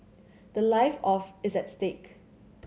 the life of is at stake